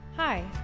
Hi